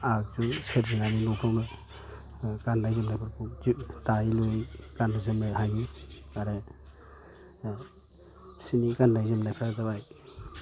आगजु सोरजिनानै न'फ्रावनो गाननाय जोमनाय फोरखौ दायो लुयो गाननो जोमनो हायो आरो बिसिनि गाननाय जोमनायफ्रा जाबाय